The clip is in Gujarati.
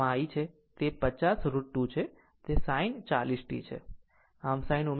આમ i છે તે 50 √ 2 છે તે sin 40 t છે